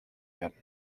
werden